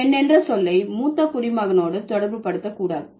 நாம்பெண் என்ற சொல்லை மூத்த குடிமகனோடு தொடர்பு படுத்தக்கூடாது